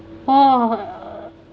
orh